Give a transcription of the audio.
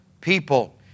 people